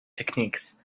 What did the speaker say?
techniques